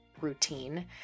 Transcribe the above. routine